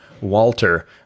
Walter